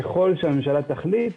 ככל שהמדינה תחליט,